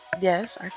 Yes